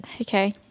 Okay